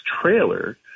trailer